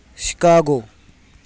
Chicago